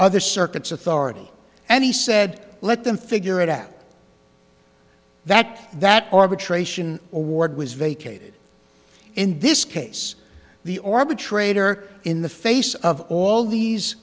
other circuits authority and he said let them figure it out that that arbitration award was vacated in this case the or betrayed or in the face of all these